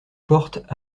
portent